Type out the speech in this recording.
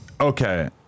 Okay